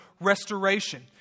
restoration